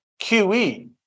QE